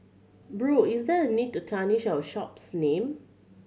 bro is there a need to tarnish our shop's name